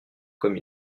comme